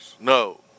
No